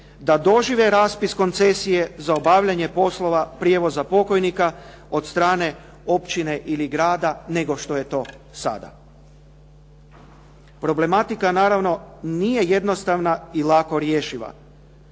da dožive raspis koncesije za obavljanje poslova prijevoza pokojnika od strane općine ili grada, nego što je to sada. Problematika naravno nije jednostavna i lako rješiva,